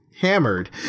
hammered